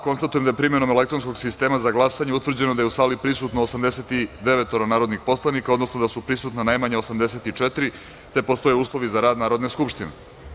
Konstatujem da je, primenom elektronskog sistema za glasanje, utvrđeno da je u sali prisutno 89 narodnih poslanika, odnosno da su prisutna najmanje 84 narodna poslanika i da postoje uslovi za rad Narodne skupštine.